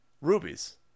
rubies